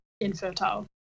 infertile